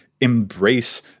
embrace